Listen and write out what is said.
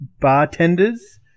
bartenders